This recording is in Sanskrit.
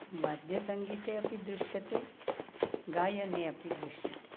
वाद्यसङ्गीते अपि दृश्यते गायने अपि दृश्यते